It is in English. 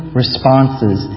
responses